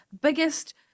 biggest